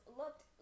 looked